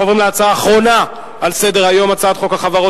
אנחנו עוברים להצעה האחרונה על סדר-היום: הצעת חוק החברות